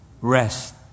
Rest